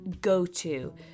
go-to